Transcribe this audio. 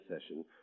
session